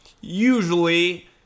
Usually